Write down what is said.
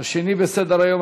השני בסדר-היום,